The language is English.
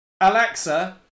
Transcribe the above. Alexa